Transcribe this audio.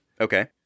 Okay